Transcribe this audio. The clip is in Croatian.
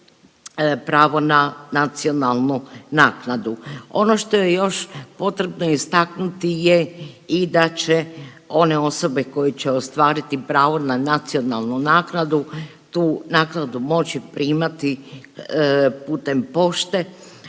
pravo na nacionalnu naknadu. Ono što je još potrebno istaknuti je i da će one osobe koje će ostvariti pravo na nacionalnu naknadu tu naknadu moći primati putem pošte,